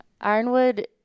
Ironwood